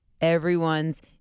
everyone's